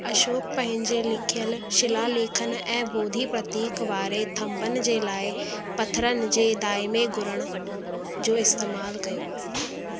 अशोक पंहिंजे लिखयल शिला लेखनि ऐं ॿोधी प्रतीक वारे थंभनि जे लाइ पथरनि जे दाइमी गुणण जो इस्तेमालु कयो